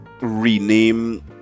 rename